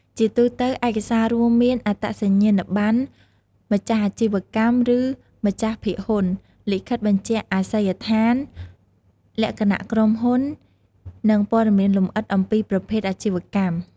ជាទូទៅ ឯកសាររួមមាន អត្តសញ្ញាណប័ណ្ណម្ចាស់អាជីវកម្ម ឬម្ចាស់ភាគហ៊ុន លិខិតបញ្ជាក់អាសយដ្ឋាន លក្ខណៈក្រុមហ៊ុន និង ព័ត៌មានលម្អិតអំពីប្រភេទអាជីវកម្ម។